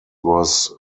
was